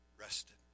rested